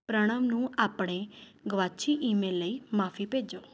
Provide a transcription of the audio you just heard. ਪ੍ਰਣਵ ਨੂੰ ਆਪਣੇ ਗੁਆਚੀ ਈਮੇਲ ਲਈ ਮਾਫੀ ਭੇਜੋ